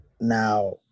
now